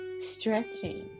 stretching